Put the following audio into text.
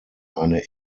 eine